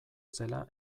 zela